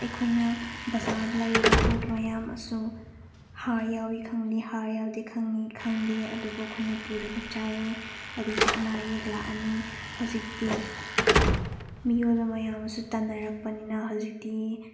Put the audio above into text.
ꯑꯩꯈꯣꯏꯅ ꯕꯖꯥꯔꯗ ꯂꯩꯔꯤꯕ ꯄꯣꯠ ꯃꯌꯥꯝ ꯑꯃꯁꯨ ꯍꯥꯔ ꯌꯥꯎꯏ ꯈꯪꯗꯦ ꯍꯥꯔ ꯌꯥꯎꯗꯦ ꯈꯪꯏ ꯈꯪꯗꯦ ꯑꯗꯨꯕꯨ ꯑꯩꯈꯣꯏꯅ ꯄꯨꯔꯒ ꯆꯥꯏꯌꯦ ꯑꯗꯒꯤꯗꯤ ꯑꯅꯥ ꯑꯌꯦꯛ ꯂꯥꯛꯂꯅꯤ ꯍꯧꯖꯤꯛꯇꯤ ꯃꯤꯑꯣꯏꯕ ꯃꯌꯥꯝ ꯑꯃꯁꯨ ꯇꯟꯅꯔꯛꯄꯅꯤꯅ ꯍꯧꯖꯤꯛꯇꯤ